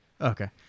Okay